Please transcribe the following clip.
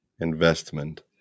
investment